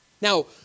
Now